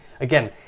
again